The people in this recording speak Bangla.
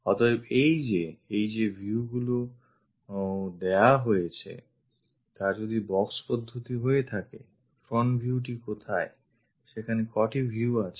অতএব এই যে view গুলি দেওয়া হয়েছে তা যদি box পদ্ধতি হয়ে থাকে front viewটি কোথায় সেখানে ক'টি view আছে